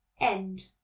end